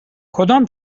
کدام